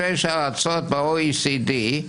ארצות ב-OECD,